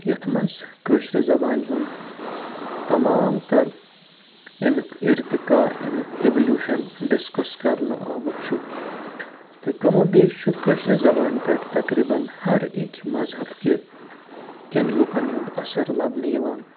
یَتھ منٛز کٲشِرِ زبانہِ ہُنٛد تمام تَر امیُک ارتقا امیُک ایوٗلیٛوٗشَن ڈِسکَس کَرنہٕ آمُت چھُ تہٕ کَم او بیش چھُ کٲشِرِ زبانہِ پٮ۪ٹھ تقریٖبَن ہر أکۍ مذہب کہِ کٮ۪ن لُکَن ہُنٛد اثر لَبنہٕ یِوان